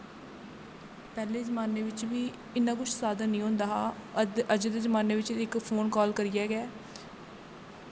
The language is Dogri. पैह्ले जमाने बिच्च बी इन्ना कुछ साधन नी होंदा हा अज दे जमाने बिच्च इक फोन काल करियै गै